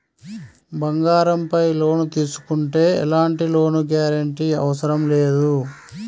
బంగారంపై లోను తీసుకుంటే ఎలాంటి లోను గ్యారంటీ అవసరం లేదు